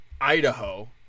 Idaho